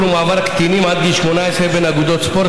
ומעבר של קטינים עד גיל 18 בין אגודות ספורט,